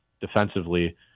defensively